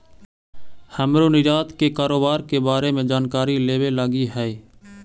हमरो निर्यात के कारोबार के बारे में जानकारी लेबे लागी हई